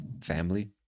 family